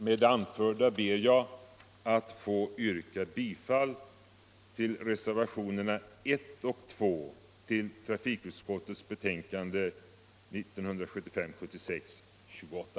Med det anförda ber jag att få yrka bifall till reservationerna 1 och 2 till trafikutskottets bettänkande 1975/76:28.